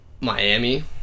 Miami